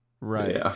Right